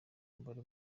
umubare